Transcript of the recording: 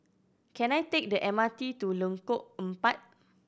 can I take the M R T to Lengkok Empat